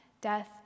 death